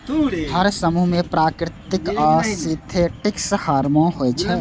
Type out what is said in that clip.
हर समूह मे प्राकृतिक आ सिंथेटिक हार्मोन होइ छै